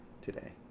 today